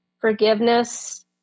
forgiveness